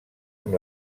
amb